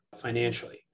financially